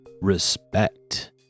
respect